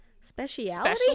Speciality